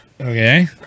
Okay